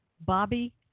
Bobby